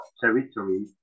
territory